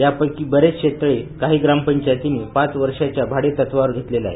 या पैकी बरेच शेततळे काही ग्राम पंचायतींनी पाच वर्षाच्या भाडेतत्वावर घेतलेले आहेत